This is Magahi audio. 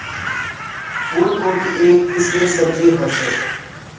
फूल कोबी एक किस्मेर सब्जी ह छे